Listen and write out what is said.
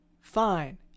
Fine